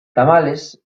tamalez